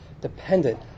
dependent